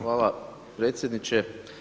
Hvala predsjedniče.